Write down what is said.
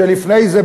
שלפני זה,